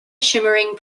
shimmering